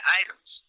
items